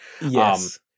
yes